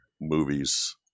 movies